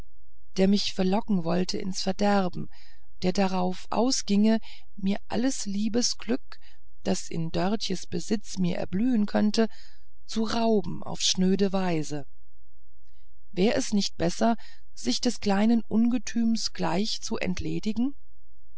der mich verlocken wollte ins verderben der darauf ausginge mir alles liebesglück das in dörtjes besitz mir erblühen könnte zu rauben auf schnöde weise wär es nicht besser sich des kleinen ungetüms gleich zu entledigen